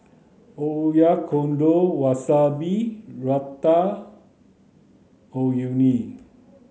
Oyakodon Wasabi Ratatouille